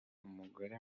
umugore